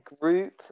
group